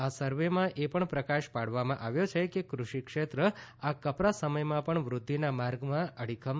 આ સર્વેમાં એ પણ પ્રકાશ પાડવામાં આવ્યો છે કે કૃષિ ક્ષેત્ર આ કપરા સમયમાં પણ વૃદ્ધિના માર્ગમાં અડીખમ છે